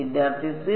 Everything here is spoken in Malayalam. വിദ്യാർത്ഥി 0